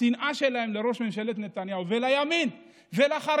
השנאה שלהם לראש הממשלה נתניהו ולימין ולחרדים,